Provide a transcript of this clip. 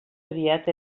aviat